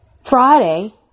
Friday